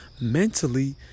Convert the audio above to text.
mentally